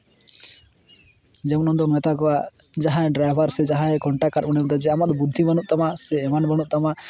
ᱡᱮᱢᱚᱱ ᱩᱱᱫᱚ ᱢᱮᱛᱟ ᱠᱚᱣᱟᱭ ᱡᱟᱸᱦᱟᱭ ᱰᱨᱟᱭᱵᱟᱨ ᱥᱮ ᱠᱚᱱᱴᱮᱠ ᱠᱟᱜ ᱩᱱᱤᱭ ᱵᱩᱡᱟ ᱟᱢᱟᱜ ᱫᱚ ᱵᱩᱫᱽᱫᱤ ᱢᱮᱱᱟᱜ ᱛᱟᱢᱟ ᱥᱮ ᱮᱢᱟᱱ ᱵᱟᱹᱱᱩᱜ ᱛᱟᱢᱟ